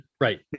right